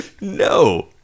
No